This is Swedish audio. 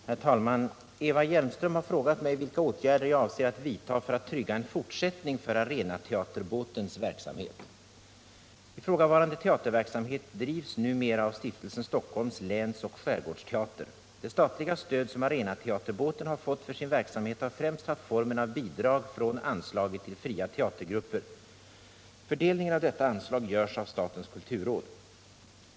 Herr talman! Eva Hjelmström har frågat mig vilka åtgärder jag avser att vidta för att trygga en fortsättning för Arenateaterbåtens verksamhet. Ifrågavarande teaterverksamhet drivs numera av Stiftelsen Stockholms länsoch Skärgårdsteater. Det statliga stöd som Arenateaterbåten har fått för sin verksamhet har främst haft formen av bidrag från anslaget till fria teatergrupper. Fördelningen av detta anslag görs av statens kulturråd.